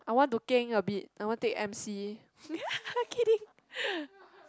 I want to keng a bit I want take m_c kidding